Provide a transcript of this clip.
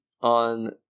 on